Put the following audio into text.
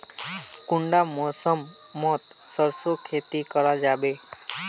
कुंडा मौसम मोत सरसों खेती करा जाबे?